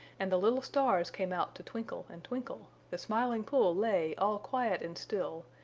and the little stars came out to twinkle and twinkle, the smiling pool lay all quiet and still,